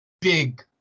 big